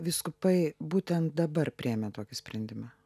vyskupai būtent dabar priėmė tokį sprendimą